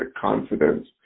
confidence